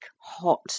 hot